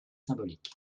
symbolique